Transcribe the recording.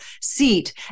seat